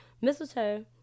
Mistletoe